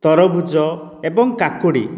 ତରଭୁଜ ଏବଂ କାକୁଡ଼ି